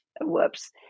whoops